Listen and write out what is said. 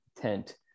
tent